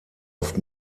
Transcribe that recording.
oft